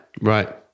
Right